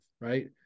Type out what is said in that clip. right